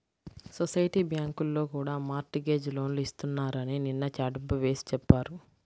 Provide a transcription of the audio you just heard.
society బ్యాంకుల్లో కూడా mortgage లోన్లు ఇస్తున్నారని నిన్న చాటింపు వేసి చెప్పారు